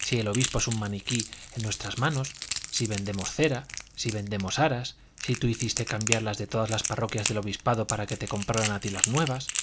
si el obispo es un maniquí en nuestras manos si vendemos cera si vendemos aras si tú hiciste cambiar las de todas las parroquias del obispado para que te compraran a ti las nuevas